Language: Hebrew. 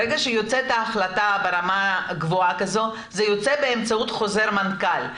ברגע שיוצאת ההחלטה ברמה גבוהה כזאת זה יוצא באמצעות חוזר מנכ"ל.